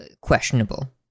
questionable